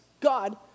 God